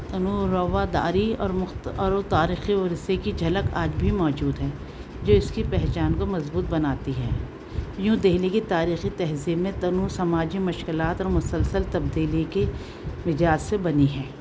تنوع رواداری اور اور وہ تاریخی ورثے کی جھلک آج بھی موجود ہے جو اس کی پہچان کو مضبوط بناتی ہے یوں دہلی کی تاریخی تہذیب میں تنوع سماجی مشکلات اور مسلسل تبدیلی کی وجوہات سے بنی ہے